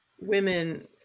women